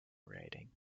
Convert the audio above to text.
writing